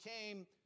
came